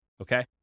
Okay